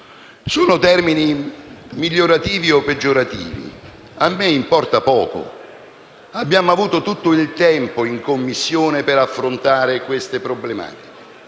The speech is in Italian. siano termini migliorativi o peggiorativi a me importa poco, perché abbiamo avuto tutto il tempo in Commissione per affrontare queste problematiche.